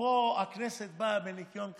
ופה הכנסת באה בניקיון כפיים.